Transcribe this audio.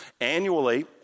Annually